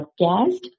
podcast